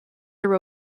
are